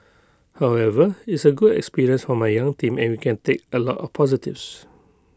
however it's A good experience for my young team and we can take A lot of positives